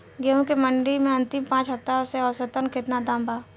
गेंहू के मंडी मे अंतिम पाँच हफ्ता से औसतन केतना दाम बा?